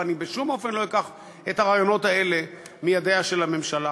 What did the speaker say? ואני בשום אופן לא אקח את הרעיונות האלה מידיה של הממשלה.